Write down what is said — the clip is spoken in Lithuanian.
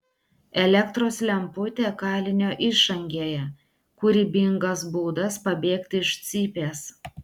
elektros lemputė kalinio išangėje kūrybingas būdas pabėgti iš cypės